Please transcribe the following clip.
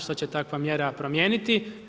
Što će takva mjera promijeniti?